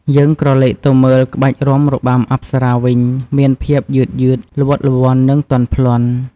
យើងក្រឡេកទៅមើល ក្បាច់រាំរបាំអប្សរាវិញ មានភាព យឺតៗ ល្វត់ល្វន់ និង ទន់ភ្លន់។